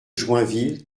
joinville